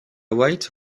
white